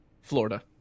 florida